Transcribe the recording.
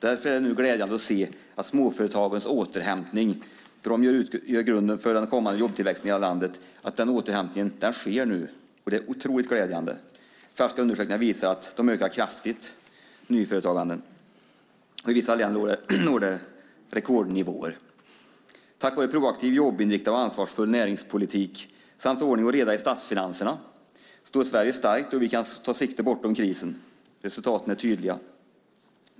Därför är det glädjande att se småföretagens återhämtning eftersom de utgör grunden för den kommande jobbtillväxten i landet. Det är otroligt glädjande. Färska undersökningar visar att nyföretagandet ökar kraftigt. I vissa länder når företagandet rekordnivåer. Tack var en proaktiv, jobbinriktad och ansvarsfull näringspolitik samt ordning och reda i statsfinanserna står Sverige starkt och vi kan ta sikte bortom krisen. Resultaten är tydliga.